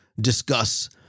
discuss